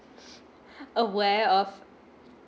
aware of